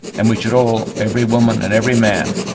and we should all, every woman and every man,